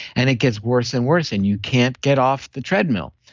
and it gets worse and worse and you can't get off the treadmill.